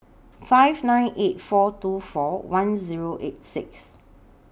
five nine eight four two four one Zero eight six